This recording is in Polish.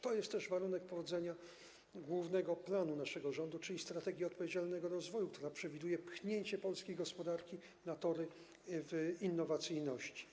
To jest też warunek powodzenia głównego planu naszego rządu, czyli „Strategii na rzecz odpowiedzialnego rozwoju”, która powoduje pchnięcie polskiej gospodarki na tory innowacyjności.